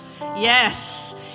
Yes